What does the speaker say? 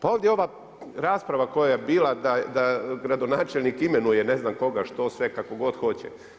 Pa ovdje ova rasprava koja je bila da gradonačelnik imenuje ne znam koga, što sve kako god hoće.